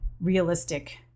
realistic